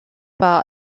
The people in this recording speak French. pas